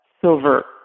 silver